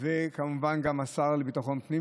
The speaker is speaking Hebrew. כמובן גם על השר לביטחון הפנים,